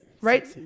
Right